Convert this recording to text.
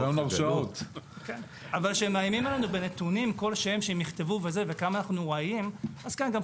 אבל כשהם מאיימים עלינו בנתונים - חשוב לומר גם כמה אנו חשובים